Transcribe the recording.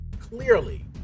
clearly